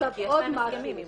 עוד משהו,